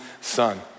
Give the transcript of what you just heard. son